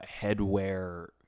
headwear